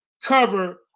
cover